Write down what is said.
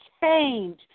change